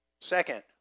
Second